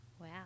Wow